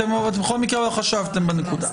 בכל מקרה לא חשבתם בנקודה הזאת.